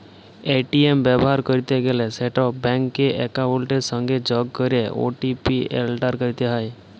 ATM ব্যাভার ক্যরতে গ্যালে সেট ব্যাংক একাউলটের সংগে যগ ক্যরে ও.টি.পি এলটার ক্যরতে হ্যয়